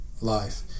life